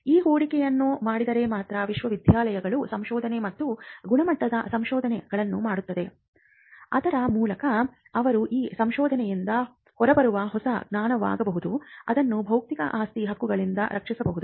ಆ ಹೂಡಿಕೆಯನ್ನು ಮಾಡಿದರೆ ಮಾತ್ರ ವಿಶ್ವವಿದ್ಯಾನಿಲಯಗಳು ಸಂಶೋಧನೆ ಮತ್ತು ಗುಣಮಟ್ಟದ ಸಂಶೋಧನೆಗಳನ್ನು ಮಾಡುತ್ತವೆ ಅದರ ಮೂಲಕ ಅವರು ಆ ಸಂಶೋಧನೆಯಿಂದ ಹೊರಬರುವ ಹೊಸ ಜ್ಞಾನವಾಗಬಹುದು ಅದನ್ನು ಬೌದ್ಧಿಕ ಆಸ್ತಿ ಹಕ್ಕುಗಳಿಂದ ರಕ್ಷಿಸಬಹುದು